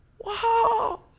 Wow